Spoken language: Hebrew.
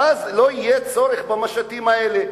ואז לא יהיה צורך במשטים האלה.